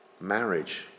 Marriage